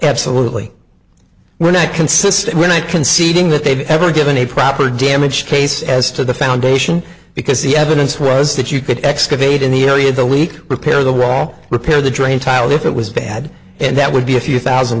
absolutely were not consistent when i conceding that they'd ever given a proper damage case as to the foundation because the evidence was that you could excavate in the area of the leak repair the wrong repair the drain tile if it was bad and that would be a few thousand